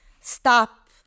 Stop